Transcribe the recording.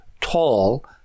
tall